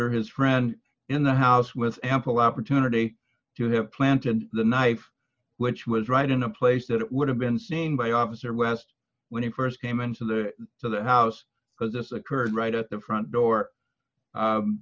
or his friend in the house with ample opportunity to have planted the knife which was right in a place that would have been seen by officer west when he st came in to the to the house because this occurred right at the front door